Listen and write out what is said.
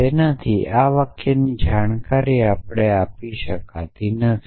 તેનાથી આ વાક્યની જાણકારી આપણે આપી શકાતી નથી